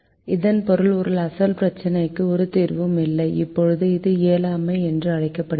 இதன் பொருள் அசல் பிரச்சினைக்கு ஒரு தீர்வும் இல்லை இப்போது இது இயலாமை என்று அழைக்கப்படுகிறது